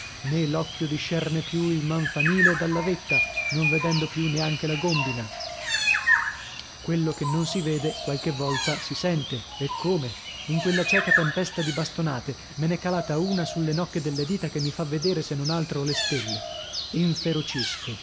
l'occhio discerne più il manfanile dalla vetta non vedendo più neanche la gòmbina quello che non si vede qualche volta si sente e come in quella cieca tempesta di bastonate me n'è calata una sulle nocche delle dita che mi fa vedere se non altro le stelle